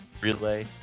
relay